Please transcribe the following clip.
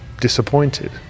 disappointed